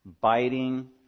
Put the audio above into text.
biting